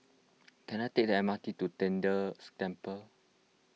can I take the M R T to Tian De Temple